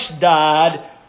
died